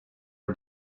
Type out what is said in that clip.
are